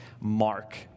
mark